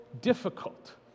difficult